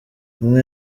umwe